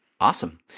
Awesome